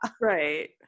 Right